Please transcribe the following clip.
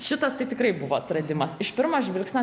šitas tai tikrai buvo atradimas iš pirmo žvilgsnio